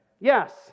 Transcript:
Yes